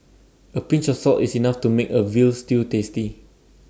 A pinch of salt is enough to make A Veal Stew tasty